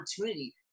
opportunity